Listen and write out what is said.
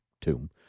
tomb